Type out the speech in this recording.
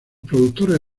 productores